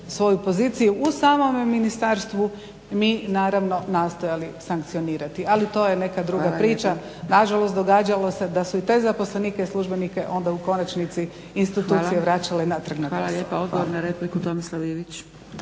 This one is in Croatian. svoje pozicije u samome ministarstvu mi nastojali sankcionirati. … /Upadica: Hvala lijepo./ … Ali to je neka druga priča. Nažalost događalo se da su i te zaposlenike službenike onda u konačnici institucije vraćale natrag na posao. **Zgrebec, Dragica (SDP)** Hvala lijepa. Odgovor na repliku Tomislav Ivić.